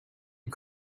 you